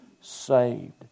saved